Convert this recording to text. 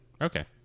Okay